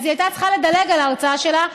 אז היא הייתה צריכה לדלג על ההרצאה שלה,